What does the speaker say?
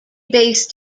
based